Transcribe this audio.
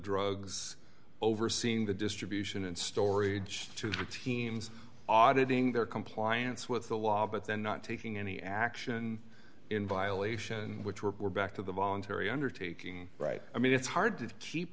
drugs overseeing the distribution and storage to the teams auditing their compliance with the law but then not taking any action in violation which we're back to the voluntary undertaking right i mean it's hard to keep